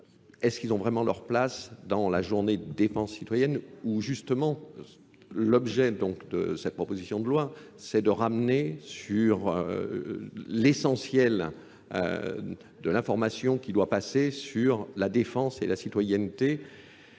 est-ce qu'ils ont vraiment leur place dans la journée défense citoyenne où justement l'objet donc de cette proposition de loi c'est de ramener sur l'essentiel de l'information qui doit passer sur la défense et la citoyenneté